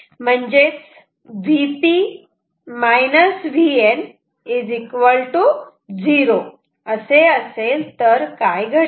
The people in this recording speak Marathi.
म्हणजेच Vp Vn 0 असेल तर काय घडेल